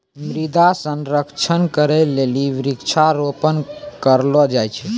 मृदा संरक्षण करै लेली वृक्षारोपण करलो जाय छै